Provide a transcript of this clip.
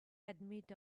admit